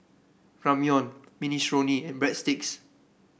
Ramyeon Minestrone and Breadsticks